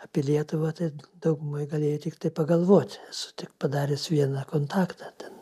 apie lietuvą tai daugumai galėjo tiktai pagalvoti sutik padaręs vieną kontaktą ten